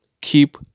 Keep